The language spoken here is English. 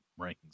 rankings